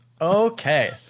Okay